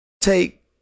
take